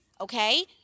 Okay